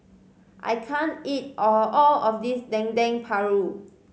I can't eat all all of this Dendeng Paru